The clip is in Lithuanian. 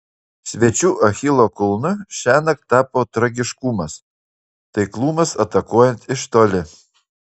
svečių achilo kulnu šiąnakt tapo tragiškumas taiklumas atakuojant iš toli